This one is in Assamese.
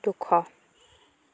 দুশ